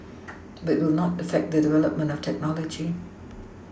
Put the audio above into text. but it will not affect the development of technology